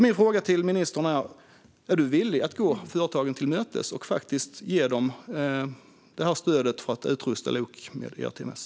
Min fråga till ministern är: Är du villig att gå företagen till mötes och ge dem ett stöd för att utrusta lok med ERTMS?